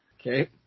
Okay